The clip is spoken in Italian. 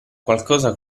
qualcosa